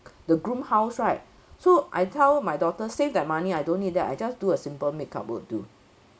the groom house right so I tell my daughter save that money I don't need that I just do a simple makeup will do